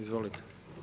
Izvolite.